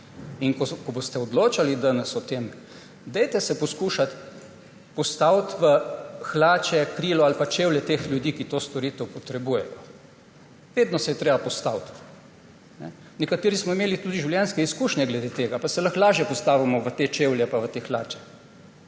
Ko boste odločali danes o tem, dajte se poskušati postaviti v hlače, krilo ali pa čevlje teh ljudi, ki to storitev potrebujejo, vedno se je treba postaviti. Nekateri smo imeli tudi življenjske izkušnje glede tega pa se lahko lažje postavimo v te čevlje in v te hlače,